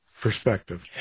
Perspective